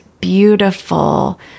beautiful